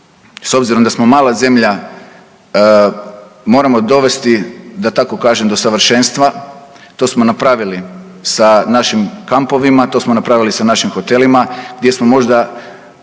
s obzirom da smo mala zemlja moramo dovesti da tako kažem do savršenstva. To smo napravili sa našim kampovima, to smo napravili sa našim hotelima gdje smo možda